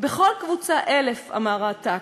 בכל קבוצה אלף", אמר העתק.